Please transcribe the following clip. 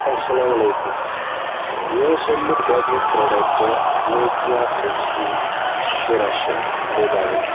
اَسلام علیکُم مےٚ اوس اوٚنمُت گۄڈنیُک پرٛوڈَکٹہٕ نوکیا سِکسٹیٖن شُراہ شیٚتھ موبایِل